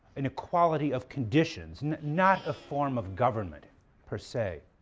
an equality of conditions, not a form of government per se.